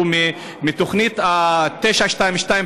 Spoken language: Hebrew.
שהוא מתוכנית 922,